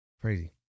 crazy